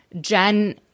Jen